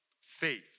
faith